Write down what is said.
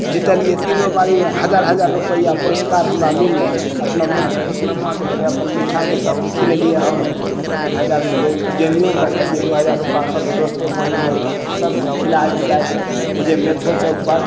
जितलियै तीनो बारी हजार हजार रुपैआ पुरस्कार हमरा मिललय अपना मोनसँ खुशनामा देलकय अपन मिठाइ जे सबके खिलेलियै हमहुँ एक हजार जेबियोमे रखलियै दू हजार रूपैआ सब दोस्ते महिममे सबको खिलाइ पिलाइ दे अइजे मेथो चौकपर